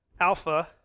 Alpha